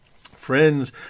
Friends